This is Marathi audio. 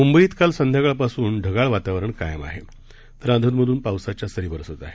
मुंबईत काल संध्याकाळपासून ढगाळ वातावरण कायम आहे तर अधूनमधून पावसाच्या सरी बरसत आहेत